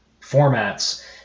formats